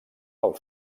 del